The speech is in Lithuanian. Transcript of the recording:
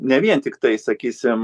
ne vien tiktai sakysim